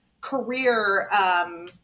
career